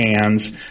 hands